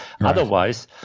otherwise